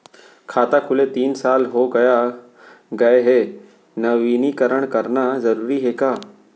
खाता खुले तीन साल हो गया गये हे नवीनीकरण कराना जरूरी हे का?